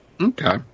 Okay